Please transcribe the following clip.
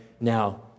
now